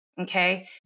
Okay